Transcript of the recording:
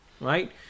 Right